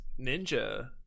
Ninja